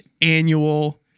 annual